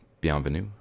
bienvenue